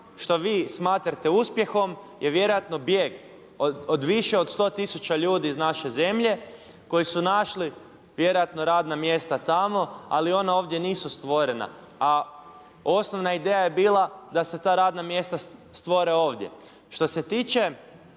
što vi smatrate uspjehom je vjerojatno bijeg od više od 100 tisuća ljudi iz naše zemlje koji su našli vjerojatno radna mjesta tamo ali ona ovdje nisu stvorena. A osnovna ideja je bila da se ta radna mjesta stvore ovdje. Što se tiče